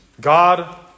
God